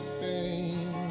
pain